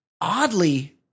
oddly